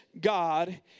God